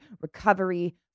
recovery